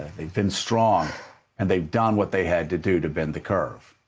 they've been strong and they've done what they had to do to bend the curve.